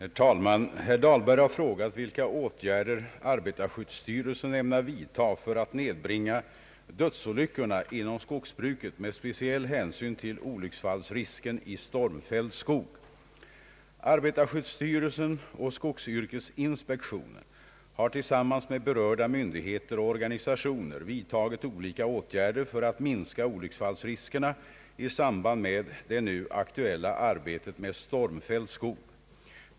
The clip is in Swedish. Herr talman! Herr Dahlberg har frågat vilka åtgärder arbetarskyddsstyrelsen ämnar vidta för att nedbringa dödsolyckorna inom skogsbruket med speciell hänsyn till olycksfallsrisken i stormfälld skog. Arbetarskyddsstyrelsen och skogsyrkesinspektionen har tillsammans med berörda myndigheter och organisationer vidtagit olika åtgärder för att minska olycksfallsriskerna i samband med det nu aktuella arbetet med stormfälld skog.